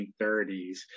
1930s